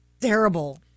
terrible